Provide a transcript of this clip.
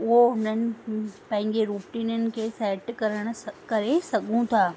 उहो उन्हनि पंहिंजे रूटिननि खे सैट करण सां करे सघूं था